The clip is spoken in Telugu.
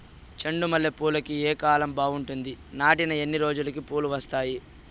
చెండు మల్లె పూలుకి ఏ కాలం బావుంటుంది? నాటిన ఎన్ని రోజులకు పూలు వస్తాయి?